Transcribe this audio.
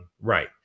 Right